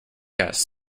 ass